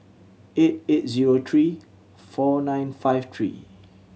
eight eight zero three four nine five three